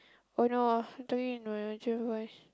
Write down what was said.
oh no doing my actual voice